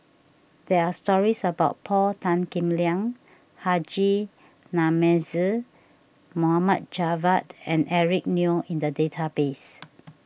there are stories about Paul Tan Kim Liang Haji Namazie Mohd Javad and Eric Neo in the database